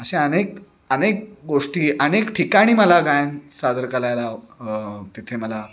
अशा अनेक अनेक गोष्टी अनेक ठिकाणी मला गायन सादर करायला तिथे मला